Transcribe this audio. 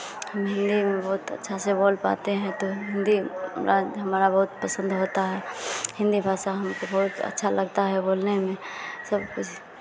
हम हिन्दी में बहुत अच्छा से बोल पाते हैं तो हिन्दी बात हमारा बहुत पसंद होता है हिन्दी भाषा हमको बहुत अच्छा लगता है बोलने में सब कुछ